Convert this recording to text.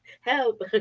help